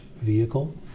vehicle